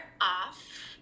off